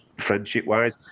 friendship-wise